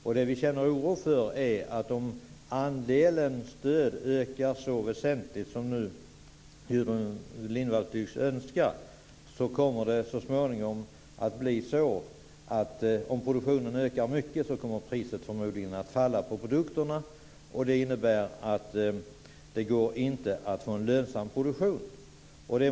Det som vi känner oro för är att om andelen stöd ökar så väsentligt som Gudrun Lindvall tycks önska så kommer det så småningom att bli så att produktionen ökar mycket och priset på produkterna därmed att falla. Det innebär att det inte går att få en lönsam produktion.